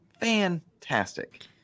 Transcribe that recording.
Fantastic